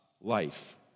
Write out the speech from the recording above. life